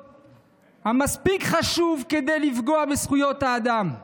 מספיק חשוב כדי לפגוע בזכויות האדם,